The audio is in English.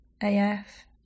AF